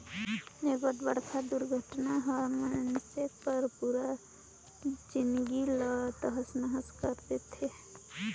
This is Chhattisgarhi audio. एगोठ बड़खा दुरघटना हर मइनसे के पुरा जिनगी ला तहस नहस कइर देथे